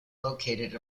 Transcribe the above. located